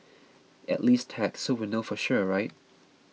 at least tag so we'll know for sure right